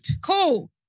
Cool